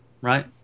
right